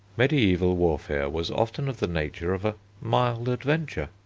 mediaeval warfare was often of the nature of a mild adventure.